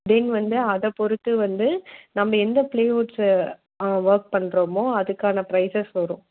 தென் வந்து அதை பொறுத்து வந்து நம்ம எந்த பிளைவுட்ஸில் ஒர்க் பண்ணுறோமோ அதுக்கான ப்ரைசஸ் வரும்